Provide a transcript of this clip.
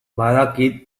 badakit